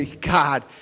God